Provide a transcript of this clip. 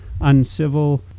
Uncivil